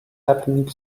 happening